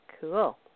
cool